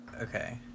Okay